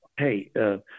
Hey